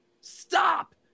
Stop